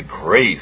grace